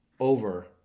over